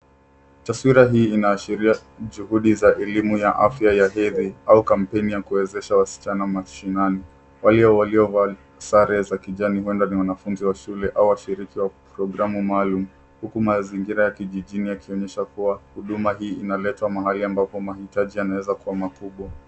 Taswira hii inaashiria mtiririko wa elimu ya afya ya jamii au kampeni ya kuwawezesha wasichana mashinani. Wale walio kwenye sare za kijani huenda ni wanafunzi wa shule au washiriki wa programu maalum. Ukubwa wa mazingira ya kijijini unaonyesha kuwa huduma hii inaletanwa katika maeneo ya pembezoni, ambayo mara nyingi hukosa huduma muhimu.